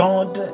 God